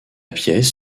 pièce